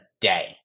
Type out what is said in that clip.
day